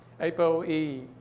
ApoE